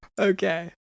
Okay